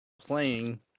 playing